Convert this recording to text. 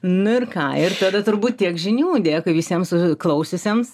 nu ir ką ir tada turbūt tiek žinių dėkui visiems klausiusiems